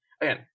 again